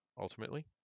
ultimately